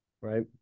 Right